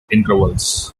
intervals